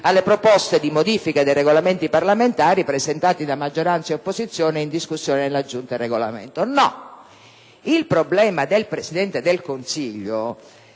alle proposte di modifica dei Regolamenti parlamentari presentate da maggioranza e opposizione in discussione alla Giunta per il Regolamento. No, il problema del Presidente del Consiglio